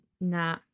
nah